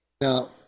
Now